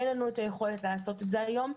אין לנו יכולת לעשות את זה היום,